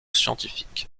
scientifiques